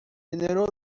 generó